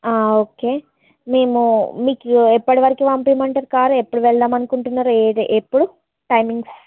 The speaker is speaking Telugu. ఓకే మేము మీకు ఎప్పటి వరకు పంపమంటారు కారు ఎప్పుడు వెళ్దాం అనుకుంటున్నారు ఏ ఎప్పుడు టైమింగ్స్